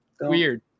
Weird